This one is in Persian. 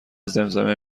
زمزمه